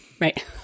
Right